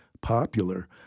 popular